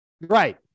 right